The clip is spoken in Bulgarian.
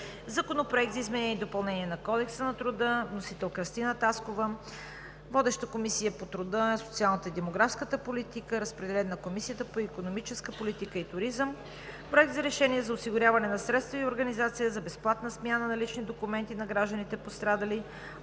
Законопроект за изменение и допълнение на Кодекса на труда. Вносител е Кръстина Таскова. Водеща е Комисията по труда, социалната и демографската политика. Разпределен е и на Комисията по икономическа политика и туризъм. Проект за решение за осигуряване на средства и организация за безплатна смяна на лични документи на гражданите, пострадали